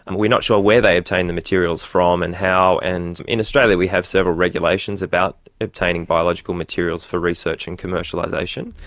and we're not sure where they obtained the materials from and how, and in australia we have several regulations about obtaining biological materials for research and commercialisation.